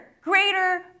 greater